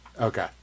Okay